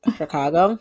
Chicago